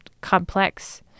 complex